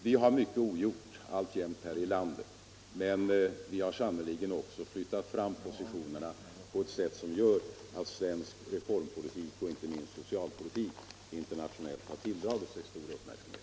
Vi har alltjämt mycket ogjort här i landet, men vi har sannerligen också flyttat fram positionerna på ett sätt som gör att svensk reformpolitik och inte minst svensk socialpolitik internationellt tilldragit sig stor uppmärksamhet.